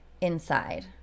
inside